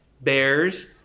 Bears